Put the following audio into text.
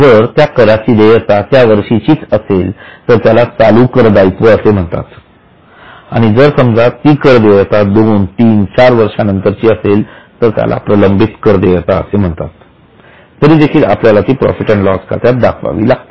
जर त्या कराची देयता यावर्षीची असेल तर त्याला चालू कर दायित्व असे म्हणतात आणि जर समजा ती कर देयता दोन तीन चार वर्षानंतरची असते त्यात प्रलंबित कर देयता असे म्हणतात तरीदेखील आपल्याला ती प्रॉफिट अँड लॉस खात्यात दाखवावी लागते